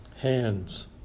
Hands